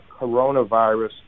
coronavirus